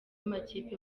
makipe